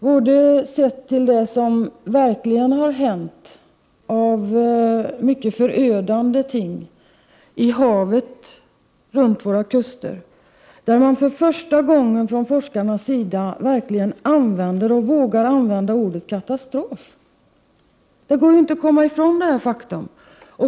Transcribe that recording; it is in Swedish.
För det första har det ju verkligen hänt förödande ting i havet runt våra kuster, där man från forskarnas sida för första gången verkligen vågat använda ordet katastrof. Det går inte att komma ifrån detta faktum.